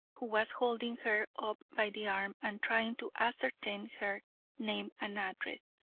who was holding her up by the arm and trying to ascertain her name and address.